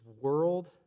world